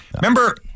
Remember